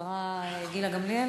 תשיב השרה גילה גמליאל,